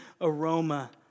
aroma